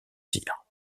cyr